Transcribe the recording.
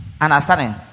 understanding